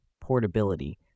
portability